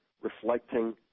reflecting